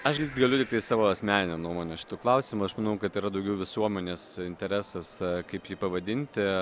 aš galiu tiktai savo asmeninę nuomonę šituo klausimu aš manau kad yra daugiau visuomenės interesas kaip jį pavadinti